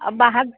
अब बाहर